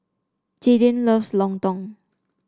Jaydin loves Lontong